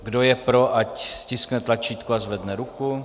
Kdo je pro, ať stiskne tlačítko a zvedne ruku.